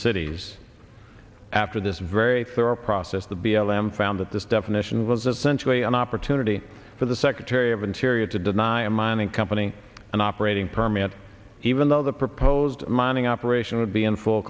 cities after this very thorough process the b l m found that this definition was essentially an opportunity for the secretary of interior to deny a mining company an operating permit even though the proposed mining operation would be in full